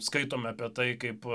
skaitome apie tai kaip